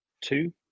two